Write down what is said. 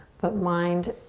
but mind,